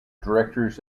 directors